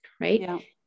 Right